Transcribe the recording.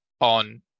on